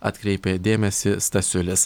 atkreipė dėmesį stasiulis